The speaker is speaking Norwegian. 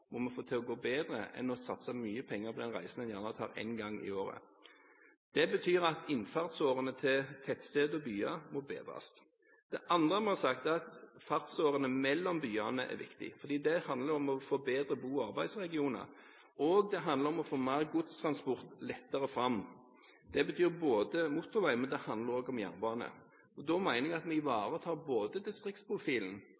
må vi få til å gå bedre. Det er viktigere enn å satse mye penger på den reisen en gjerne tar én gang i året. Det betyr at innfartsårene til tettsteder og byer må bedres. Det andre vi har sagt, er at fartsårene mellom byene er viktig, for det handler om å få bedre bo- og arbeidsregioner, og det handler om å få mer godstransport lettere fram. Det betyr motorvei, men det handler også om jernbane. Da mener jeg at vi